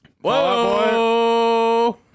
Whoa